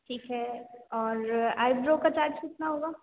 ठीक है और आईब्रो का चार्ज कितना होगा